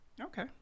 Okay